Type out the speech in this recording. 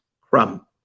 crumb